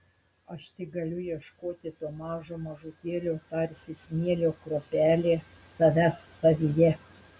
aš tik galiu ieškoti to mažo mažutėlio tarsi smėlio kruopelė savęs savyje